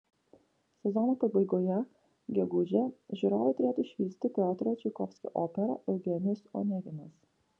sezono pabaigoje gegužę žiūrovai turėtų išvysti piotro čaikovskio operą eugenijus oneginas